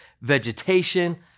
vegetation